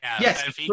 Yes